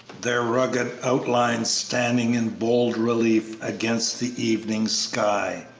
their rugged outlines standing in bold relief against the evening sky.